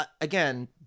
Again